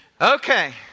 Okay